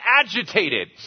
agitated